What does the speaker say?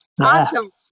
Awesome